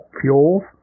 fuels